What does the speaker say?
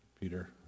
Peter